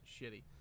shitty